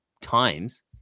times